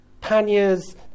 panniers